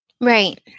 right